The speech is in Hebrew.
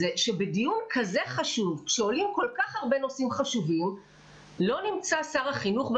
זה שבדיון כזה חשוב שעולים כל כך הרבה נושאים חשובים לא נמצא שר החינוך,